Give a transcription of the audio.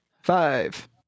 Five